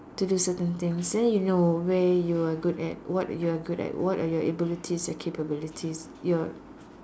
to do certain things then you know where you are good at what you are good at what are your abilities and capabilities you are